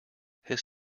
his